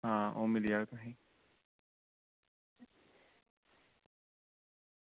आं ओह् मिली जाह्ग तुसेंगी